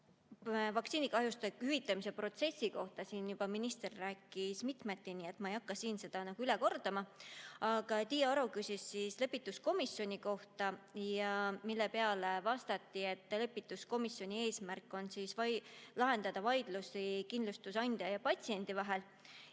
Vaktsiinikahjustuste hüvitamise protsessi kohta siin juba minister rääkis mitmeti, nii et ma ei hakka seda üle kordama. Aga Tiiu Aro küsis lepituskomisjoni kohta ja selle peale vastati, et lepituskomisjoni eesmärk on lahendada vaidlusi kindlustusandja ja patsiendi vahel.